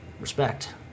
respect